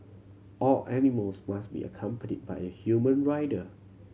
all animals must be accompanied by a human rider